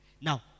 Now